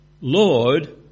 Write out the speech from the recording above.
Lord